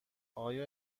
آیا